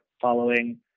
following